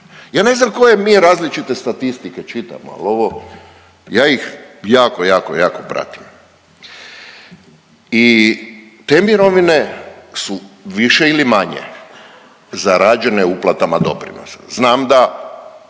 Ja ne znam koje mi različite statistike čitamo, ali ovo, ja ih, jako, jako, jako pratim i te mirovine su više ili manje, zarađene uplatama doprinosa. Znam da